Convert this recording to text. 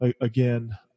Again